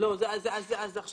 עכשיו